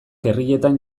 herrietan